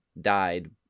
died